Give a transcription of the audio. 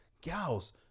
gals